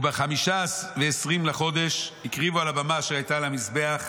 ובחמישה ועשרים לחודש הקריבו על הבמה אשר הייתה על המזבח.